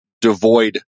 devoid